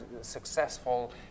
successful